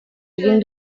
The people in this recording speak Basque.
egin